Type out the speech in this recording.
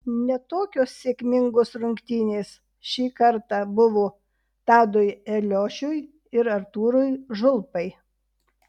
ne tokios sėkmingos rungtynės šį kartą buvo tadui eliošiui ir artūrui žulpai